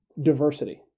diversity